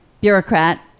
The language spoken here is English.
bureaucrat